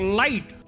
light